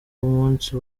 umunsi